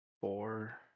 four